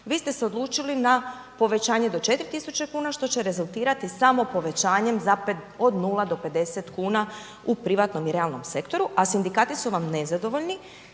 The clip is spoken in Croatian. Vi ste se odlučili na povećanje do 4000 kuna što će rezultirati samo povećanjem od 0 do 50 kuna u privatnom i realnom sektoru a sindikati su vam nezadovoljni